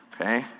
Okay